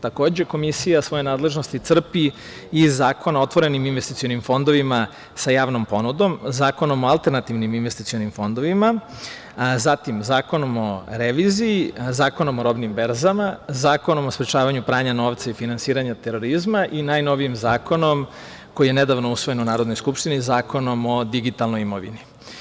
Takođe, Komisija svoje nadležnosti crpi i iz Zakona o otvorenim investicionim fondovima sa javnom ponudom, Zakonom o alternativnim investicionim fondovima, zatim Zakonom o reviziji, Zakonom o robnim berzama, Zakonom o sprečavanju pranja novca i finansiranja terorizma i najnovijim zakonom koji je nedavno usvojen u Narodnoj skupštini, Zakonom o digitalnoj imovini.